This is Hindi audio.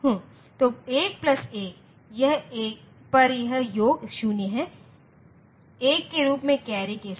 तो 1 प्लस 1 पर यह योग 0 है 1 के रूप में कैरी के साथ